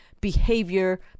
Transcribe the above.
behavior